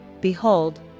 behold